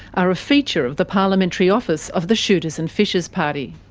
are a feature of the parliamentary office of the shooters and fishers party.